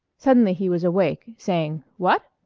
suddenly he was awake, saying what?